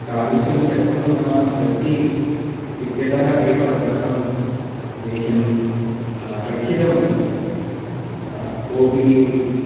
तादृशं शस्त्रं अस्माकं अस्ति इत्यतः एव अस्माकं देशं रक्षितं अस्ति कोपि